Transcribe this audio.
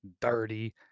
dirty